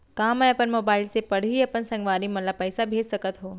का मैं अपन मोबाइल से पड़ही अपन संगवारी मन ल पइसा भेज सकत हो?